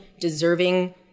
deserving